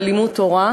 אבל לימוד תורה